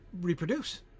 reproduce